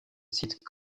site